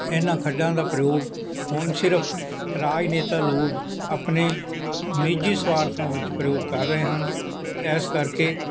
ਇਹਨਾਂ ਖੱਡਾਂ ਦਾ ਪ੍ਰਯੋਗ ਹੁਣ ਸਿਰਫ ਰਾਜਨੇਤਾ ਲੋਕ ਆਪਣੇ ਨਿੱਜੀ ਸਵਾਰਥਾਂ ਵਿੱਚ ਪ੍ਰਯੋਗ ਕਰ ਰਹੇ ਹਨ ਇਸ ਕਰਕੇ